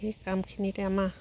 সেই কামখিনিতে আমাৰ